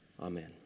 Amen